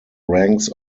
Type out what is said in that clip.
ranks